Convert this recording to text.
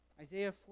Isaiah